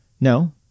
no